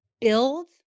build